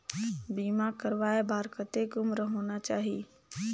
बीमा करवाय बार कतेक उम्र होना चाही?